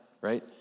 right